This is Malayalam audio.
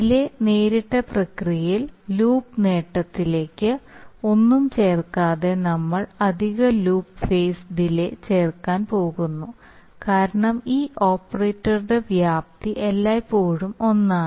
ഡിലേ നേരിട്ട പ്രക്രിയയിൽ ലൂപ്പ് നേട്ടത്തിലേക്ക് ഒന്നും ചേർക്കാതെ നമ്മൾ അധിക ലൂപ്പ് ഫേസ് ഡിലേ ചേർക്കാൻ പോകുന്നു കാരണം ഈ ഓപ്പറേറ്ററുടെ വ്യാപ്തി എല്ലായ്പ്പോഴും ഒന്നാണ്